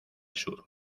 sur